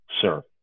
sir